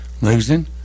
losing